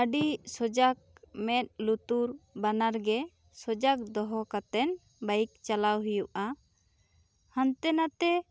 ᱟ ᱰᱤ ᱥᱚᱡᱟᱠ ᱢᱮᱫ ᱞᱩᱛᱩᱨ ᱵᱟᱱᱟᱨ ᱜᱮ ᱥᱚᱡᱟᱠ ᱫᱚᱦᱚ ᱠᱟᱛᱮᱱ ᱵᱟᱭᱤᱠ ᱪᱟᱞᱟᱣ ᱦᱩᱭᱩᱜᱼᱟ ᱦᱟᱱᱛᱮ ᱱᱟᱛᱮ